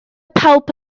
pawb